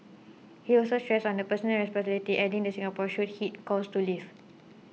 he also stressed on the personal responsibility adding that Singaporeans should heed calls to leave